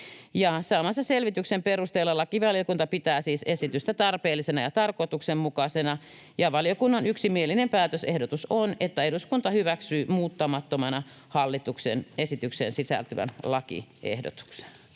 Saamansa selvityksen perusteella lakivaliokunta pitää siis esitystä tarpeellisena ja tarkoituksenmukaisena. Valiokunnan yksimielinen päätösehdotus on, että eduskunta hyväksyy muuttamattomana hallituksen esitykseen sisältyvän lakiehdotuksen.